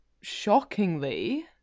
shockingly